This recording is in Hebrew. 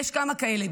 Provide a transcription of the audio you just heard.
יש כמה כאלה,